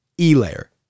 E-layer